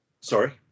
Sorry